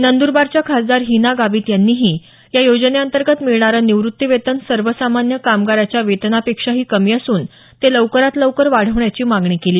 नंदूरबारच्या खासदार हिना गावीत यांनीही या योजने अंतर्गत मिळणारं निवृत्ती वेतन सर्वसामान्य कामगाराच्या वेतना पेक्षाही कमी असून ते लवकरात लवकर वाढवण्याची मागणी केली